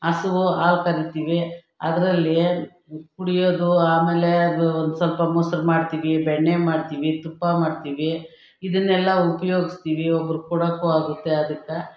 ಹಸು ಹಾಲು ಕರಿತೀವಿ ಅದರಲ್ಲಿ ಕುಡಿಯೋದು ಆಮೇಲೆ ಅದು ಒಂದುಸ್ವಲ್ಪ ಮೊಸ್ರು ಮಾಡ್ತೀವಿ ಬೆಣ್ಣೆ ಮಾಡ್ತೀವಿ ತುಪ್ಪ ಮಾಡ್ತೀವಿ ಇದನ್ನೆಲ್ಲ ಉಪಯೋಗಸ್ತಿವಿ ಒಬ್ರಿಗೆ ಕೊಡೋಕ್ಕೂ ಆಗುತ್ತೆ ಅದಕ್ಕೆ